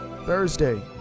Thursday